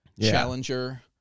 Challenger